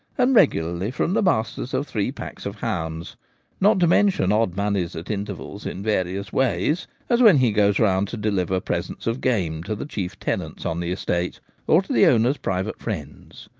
and regularly from the masters of three packs of hounds not to mention odd moneys at intervals in various ways, as when he goes round to deliver presents of game to the chief tenants on the estate or to the owner's private friends.